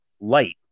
light